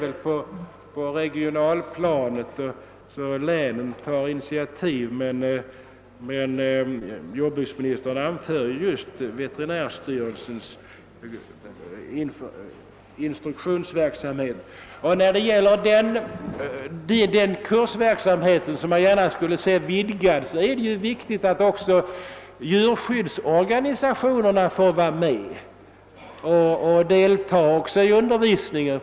Nu händer det väl att det tas initiativ på regionalplanet, men vad jordbruksministern anförde var just veterinärstyrelsens instruktionsverksamhet. Vid den vidgade kursverksamhet som jag finner önskvärd är det viktigt att djurskyddsorganisationerna får vara med och delta i undervisningen.